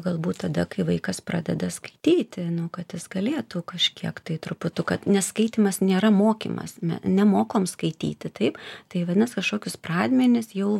galbūt tada kai vaikas pradeda skaityti nu kad galėtų kažkiek tai truputuką nes skaitymas nėra mokymas me nemokom skaityti taip tai vadinas kažkokius pradmenis jau